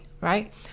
right